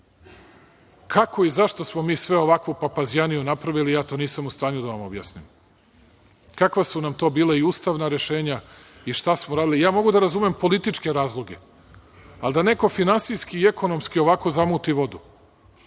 kako i zašto smo mi sve ovakvu papazjaniju napravili, ja to nisam u stanju da vam objasnim. Kakva su nam to bila i ustavna rešenja i šta smo radili? Ja mogu da razumem političke razloge, ali da neko finansijski i ekonomski ovako zamuti vodu,